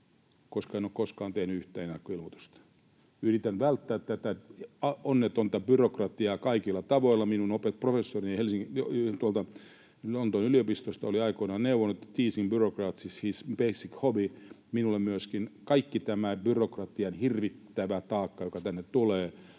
koska en ole koskaan tehnyt yhtään ennakkoilmoitusta. Yritän välttää tätä onnetonta byrokratiaa kaikilla tavoilla. Minun professorini Lontoon yliopistosta oli aikoinaan neuvonut, että ”teasing bureaucrats is his basic hobby”, minulle myöskin. Kaikki tämä byrokratian hirvittävä taakka, joka tänne tulee,